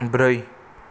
ब्रै